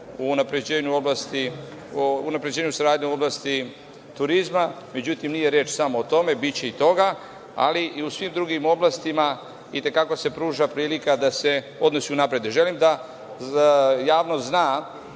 unapređenju saradnje u oblasti turizma. Međutim, nije reč samo o tome. Biće i toga, ali i u svim drugim oblastima i te kako se pruža prilika da se odnosi unaprede. Želim da javnost zna